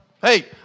Hey